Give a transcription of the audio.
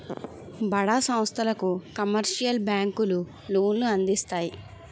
బడా సంస్థలకు కమర్షియల్ బ్యాంకులు లోన్లు అందిస్తాయి